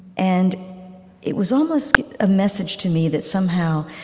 and it was almost a message to me that, somehow,